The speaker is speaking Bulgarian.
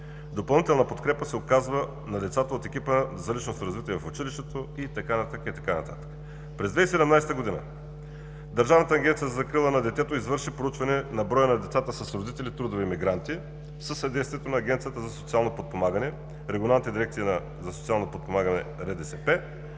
Допълнителна подкрепа се оказва на децата от екипа за личностно развитие в училището и така нататък. През 2017 г. Държавната агенция за закрила на детето извърши проучване на броя на децата с родители трудови емигранти със съдействието на Агенцията за социално подпомагане, регионалните дирекции за социално подпомагане и